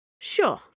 Sure